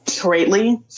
Greatly